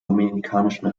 dominikanischen